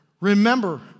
Remember